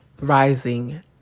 rising